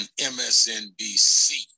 MSNBC